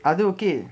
அது:athu okay